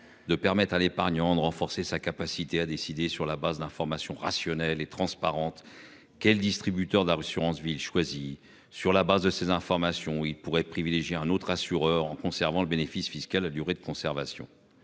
de permettre à l'épargnant de renforcer sa capacité à décider sur la base d'informations rationnelles et transparentes. Quel distributeur d'sur 11 villes choisies sur la base de ces informations, il pourrait privilégier un autre assureur en conservant le bénéfice fiscal. La durée de conservation